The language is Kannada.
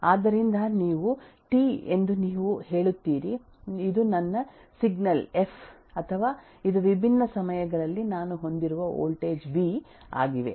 ಆದ್ದರಿಂದ ಇದು ನೀವು ಟಿ ಎಂದು ನೀವು ಹೇಳುತ್ತೀರಿ ಇದು ನನ್ನ ಸಿಗ್ನಲ್ ಎಫ್ ಅಥವಾ ಇದು ವಿಭಿನ್ನ ಸಮಯಗಳಲ್ಲಿ ನಾನು ಹೊಂದಿರುವ ವೋಲ್ಟೇಜ್ ವಿ ಆಗಿವೆ